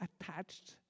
attached